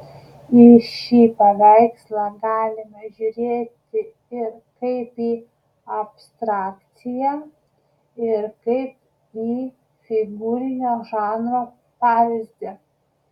į šį paveikslą galime žiūrėti ir kaip į abstrakciją ir kaip į figūrinio žanro pavyzdį